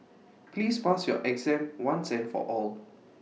please pass your exam once and for all